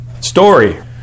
story